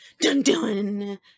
dun-dun